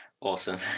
Awesome